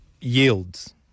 yields